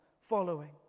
following